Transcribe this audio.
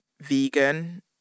vegan